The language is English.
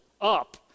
up